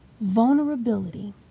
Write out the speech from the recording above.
Vulnerability